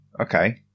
okay